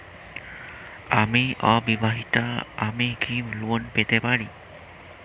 আমি অবিবাহিতা আমি কি লোন পেতে পারি?